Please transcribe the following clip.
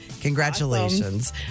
Congratulations